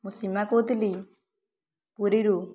ମୁଁ ସୀମା କହୁଥିଲି ପୁରୀରୁ